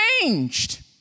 changed